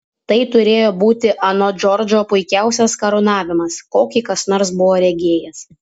tai turėjo būti anot džordžo puikiausias karūnavimas kokį kas nors buvo regėjęs